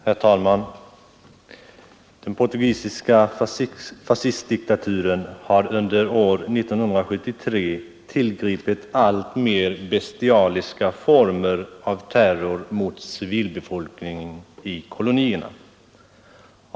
Herr talman! Den portugisiska fascistdiktaturen har under år 1973 tillgripit alltmer bestialiska former av terror mot civilbefolkningen i kolonierna.